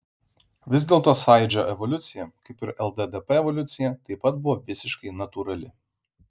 vis dėlto sąjūdžio evoliucija kaip ir lddp evoliucija taip pat buvo visiškai natūrali